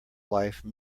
life